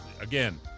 Again